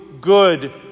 good